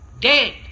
dead